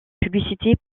publicités